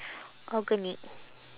organic